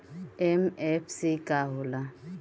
MFC का होला?